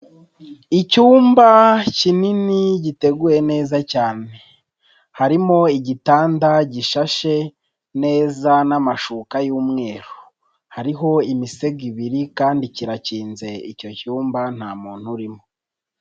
Icyumba kinini giteguye neza cyane, harimo igitanda gishashe neza n'amashuka y'umweru, hariho imisego ibiri kandi kirakinze icyo cyumba nta muntu urimo.